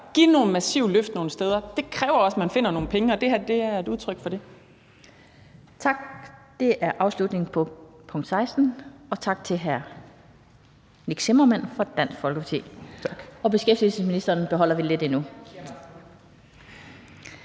massive løft nogle steder. Det kræver også, at man finder nogle penge, og det her er et udtryk for det. Kl. 15:00 Den fg. formand (Annette Lind): Tak. Det var afslutningen på spørgsmål nr. 16. Tak til hr. Nick Zimmermann fra Dansk Folkeparti. Beskæftigelsesministeren beholder vi lidt endnu.